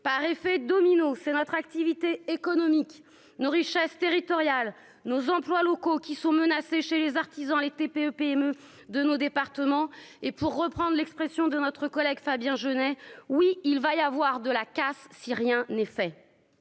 par effet domino, c'est notre activité économique, nos richesses territoriale nos employes locaux qui sont menacés chez les artisans, les TPE-PME de nos départements et pour reprendre l'expression de notre collègue Fabien Genêt oui il va y avoir de la casse, si rien n'est fait